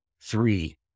Three